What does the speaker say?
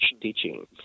teaching